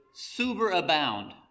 superabound